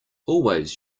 always